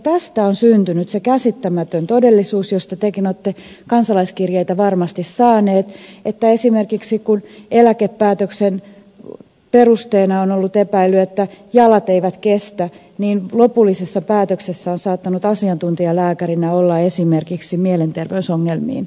tästä on syntynyt se käsittämätön todellisuus josta tekin olette kansalaiskirjeitä varmasti saaneet että esimerkiksi kun eläkepäätöksen perusteena on ollut epäily että jalat eivät kestä niin lopullisessa päätöksessä on saattanut asiantuntijalääkärinä olla esimerkiksi mielenterveysongelmiin erikoistunut lääkäri